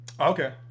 Okay